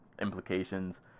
implications